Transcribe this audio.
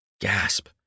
gasp